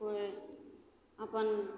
कोइ अपन